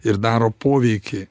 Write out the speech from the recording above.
ir daro poveikį